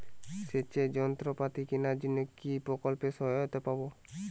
সেচের যন্ত্রপাতি কেনার জন্য কি প্রকল্পে সহায়তা পাব?